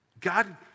God